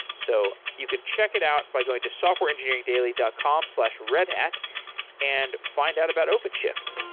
so you could check it out by going to softwareengineeringdaily dot com slash redhat and find out about openshift